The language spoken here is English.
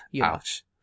Ouch